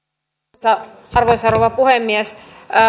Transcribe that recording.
arvoisa arvoisa rouva puhemies